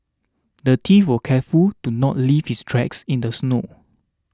the thief was careful to not leave his tracks in the snow